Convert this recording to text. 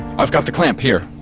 i've got the clamp, here!